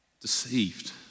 Deceived